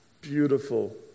Beautiful